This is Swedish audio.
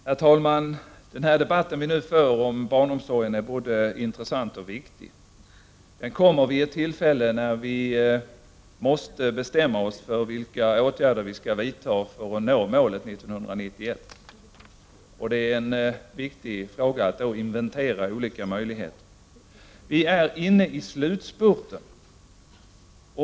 Herr talman! Den debatt vi nu för om barnomsorgen är både intressant och viktig. Den kommer vid ett tillfälle när vi måste bestämma oss för vilka åtgärder vi skall vidta för att nå målet full behovstäckning 1991. Det är viktigt att nu inventera olika möjligheter. Vi är inne i slutspurten.